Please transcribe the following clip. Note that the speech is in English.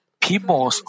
people